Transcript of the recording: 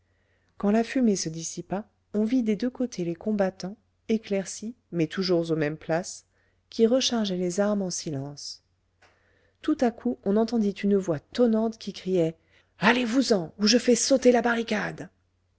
quand la fumée se dissipa on vit des deux côtés les combattants éclaircis mais toujours aux mêmes places qui rechargeaient les armes en silence tout à coup on entendit une voix tonnante qui criait allez-vous-en ou je fais sauter la barricade